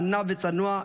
עניו וצנוע,